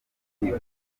kumva